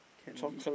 candy